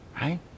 Right